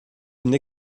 une